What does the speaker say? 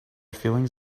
feelings